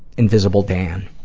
invisible dan,